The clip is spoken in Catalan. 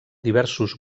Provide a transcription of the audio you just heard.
diversos